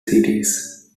cities